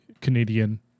Canadian